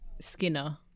Skinner